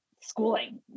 schooling